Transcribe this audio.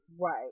Right